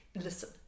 listen